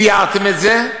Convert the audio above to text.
תיארתם את זה,